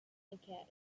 academy